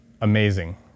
amazing